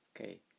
Okay